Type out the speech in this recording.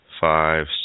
five